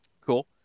Cool